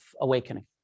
awakening